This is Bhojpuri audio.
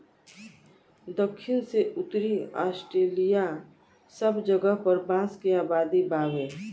दखिन से उत्तरी ऑस्ट्रेलिआ सब जगह पर बांस के आबादी बावे